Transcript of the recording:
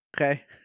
Okay